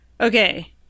Okay